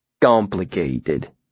Complicated